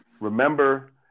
Remember